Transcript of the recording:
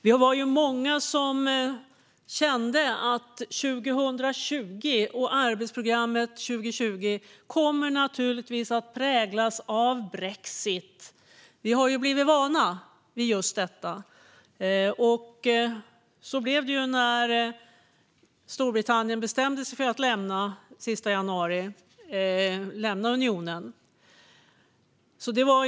Vi var många som kände att 2020 och arbetsprogrammet för 2020 skulle komma att präglas av brexit. Vi har blivit vana vid det. Det blev så när Storbritannien bestämde sig för att lämna unionen den 31 januari.